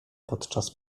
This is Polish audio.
podczas